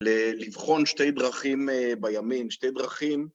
לבחון שתי דרכים בימים, שתי דרכים